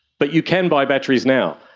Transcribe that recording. but you can buy batteries now.